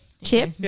Chip